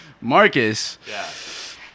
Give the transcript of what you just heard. Marcus